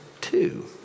two